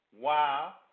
Wow